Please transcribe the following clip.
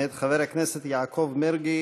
מאת חבר הכנסת יעקב מרגי.